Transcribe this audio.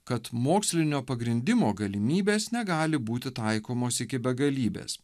kad mokslinio pagrindimo galimybės negali būti taikomos iki begalybės